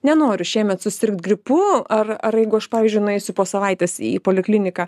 nenoriu šiemet susirgt gripu ar ar jeigu aš pavyzdžiui nueisiu po savaitės į polikliniką